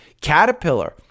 Caterpillar